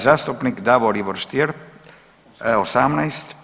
Zastupnik Davor Ivo Stier, 18.